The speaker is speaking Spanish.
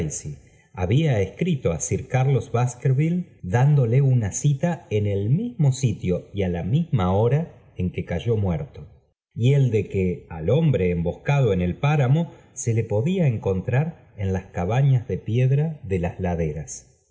había escrito á sir carlos baskerville dándole una cita en el mismo sitio y á la misma hora en que cayó muerto y el de que al hombre emboscado en el páramo se le podía encontrar en las cabañas de piedra de las laderas